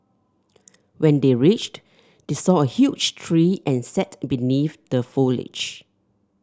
when they reached they saw a huge tree and sat beneath the foliage